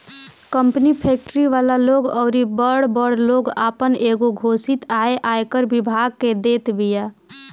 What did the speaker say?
company, factory वाला लोग अउरी बड़ बड़ लोग आपन एगो घोषित आय आयकर विभाग के देत बिया